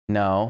no